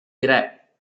பிற